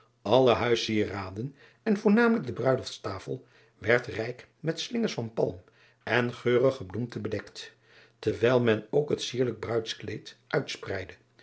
lle huissieraden en voornamelijk de bruilofts tafel werd rijk met slingers van palm driaan oosjes zn et leven van aurits ijnslager en geurig gebloemte bedekt terwijl men ook het sierlijk bruidskleed uitspreidde